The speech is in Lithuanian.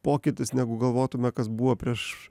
pokytis negu galvotume kas buvo prieš